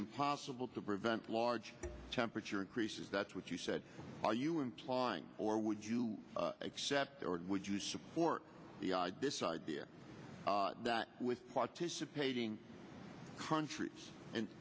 impossible to prevent large temperature increases that's what you said are you implying or would you accept or would you support this idea that with participating countries and